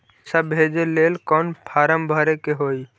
पैसा भेजे लेल कौन फार्म भरे के होई?